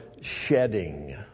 shedding